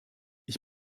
ich